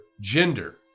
gender